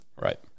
Right